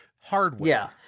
hardware